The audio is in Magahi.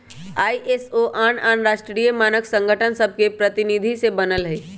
आई.एस.ओ आन आन राष्ट्रीय मानक संगठन सभके प्रतिनिधि से बनल हइ